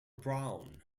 brown